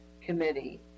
committee